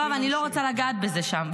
לא, אבל אני לא רוצה לגעת בזה שם.